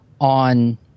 on